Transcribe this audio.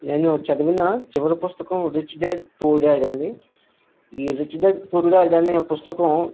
నేను చదివిన చివరి పుస్తకం రిచ్ డాడ్ పూర్ డాడ్ అండి ఈ రిచ్ డాడ్ పూర్ డాడ్ అనే పుస్తకం